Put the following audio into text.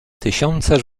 tysiące